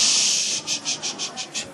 הצעת חוק שכירות הוגנת (הוראת שעה ותיקוני חקיקה),